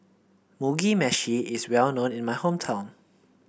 Mugi Meshi is well known in my hometown